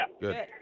Good